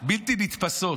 בלתי נתפסות,